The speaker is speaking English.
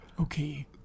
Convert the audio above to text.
Okay